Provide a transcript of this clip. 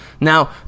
Now